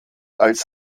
als